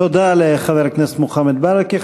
תודה לחבר הכנסת מוחמד ברכה.